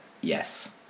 Yes